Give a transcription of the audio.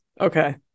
Okay